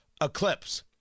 eclipse